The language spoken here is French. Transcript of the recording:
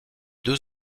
deux